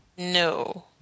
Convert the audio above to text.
No